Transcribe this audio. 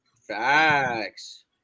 Facts